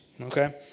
Okay